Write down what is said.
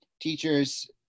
teachers